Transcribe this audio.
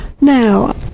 Now